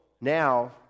now